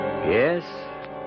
Yes